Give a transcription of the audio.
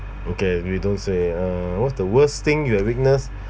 okay we don't say uh what's the worst thing you've witnessed